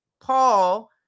Paul